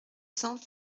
cents